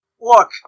look